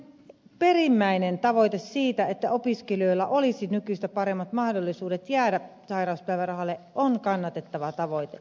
lain perimmäinen tavoite siitä että opiskelijoilla olisi nykyistä paremmat mahdollisuudet jäädä sairauspäivärahalle on kannatettava tavoite